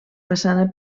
façana